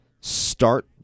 start